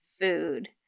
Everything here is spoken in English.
food